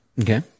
Okay